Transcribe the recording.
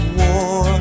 war